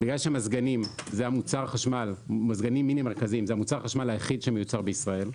בגלל שמזגנים מיני-מרכזיים זה מוצר החשמל היחיד שמיוצר בישראל,